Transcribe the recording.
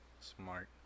Smart